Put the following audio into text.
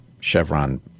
Chevron